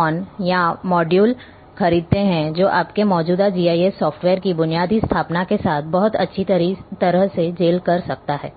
on या module खरीदते हैं जो आपके मौजूदा जीआईएस सॉफ्टवेयर की बुनियादी स्थापना के साथ बहुत अच्छी तरह से जेल कर सकते हैं